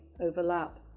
overlap